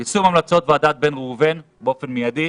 2. יישום המלצות ועדת בן ראובן באופן מיידי.